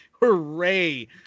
Hooray